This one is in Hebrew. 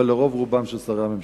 אבל לרוב רובם של שרי הממשלה.